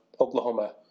Oklahoma